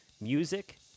music